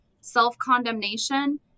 self-condemnation